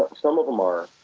some of them are